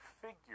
figure